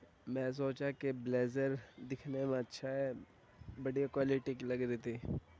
میں سوچا کہ بلیزر دکھنے میں اچھا ہے بڑھیا کوالٹی کی لگ رہی تھی